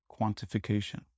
quantification